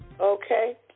Okay